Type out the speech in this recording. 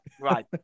right